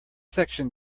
section